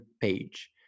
page